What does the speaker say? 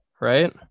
right